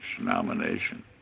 nomination